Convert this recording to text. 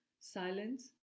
silence